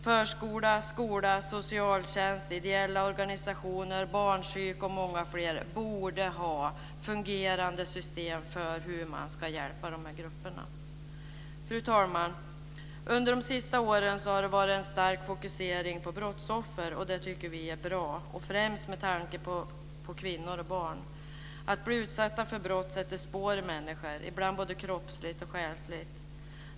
Förskola, skola, socialtjänst, ideella organisationer, barnpsyk och många fler borde ha fungerande system för hur man ska hjälpa de här grupperna. Fru talman! Under de sista åren har det varit en stark fokusering på brottsoffer, och det tycker vi är bra, främst med tanke på kvinnor och barn. Att bli utsatt för brott sätter spår hos människor, ibland både kroppsligt och själsligt.